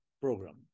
Program